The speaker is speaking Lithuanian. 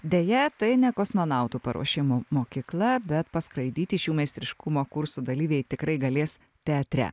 deja tai ne kosmonautų paruošimo mokykla bet paskraidyti šių meistriškumo kursų dalyviai tikrai galės teatre